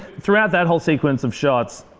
throughout that whole sequence of shots,